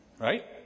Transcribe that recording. right